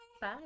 Bye